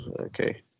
okay